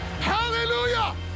Hallelujah